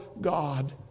God